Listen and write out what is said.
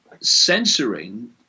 censoring